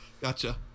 Gotcha